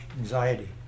Anxiety